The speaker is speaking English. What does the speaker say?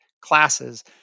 classes